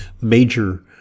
major